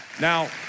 Now